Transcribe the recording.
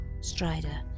Strider